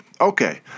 Okay